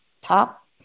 top